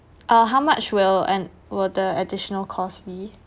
uh how much will and will the additional cost be